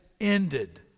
ended